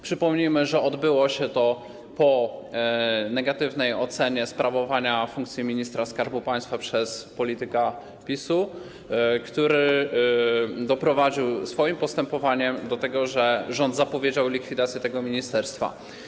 Przypomnijmy, że odbyło się to po negatywnej ocenie sprawowania funkcji ministra skarbu państwa przez polityka PiS-u, który swoim postępowaniem doprowadził do tego, że rząd zapowiedział likwidację tego ministerstwa.